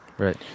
Right